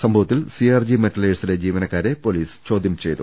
സംഭവ ത്തിൽ സിആർജി മെറ്റലേഴ്സിലെ ജീവനക്കാരെ പൊലീസ് ചോദ്യം ചെയ്തു